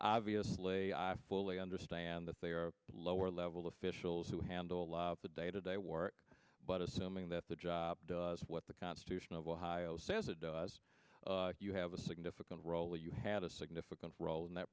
obviously i fully understand that they are lower level officials who handle on the day to day work but assuming that the job does what the constitution of ohio says it does you have a significant role you had a significant role in that